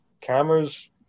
cameras